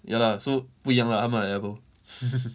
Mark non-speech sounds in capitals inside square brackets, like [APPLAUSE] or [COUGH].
ya lah so 不一样 lah 他们的 level [LAUGHS]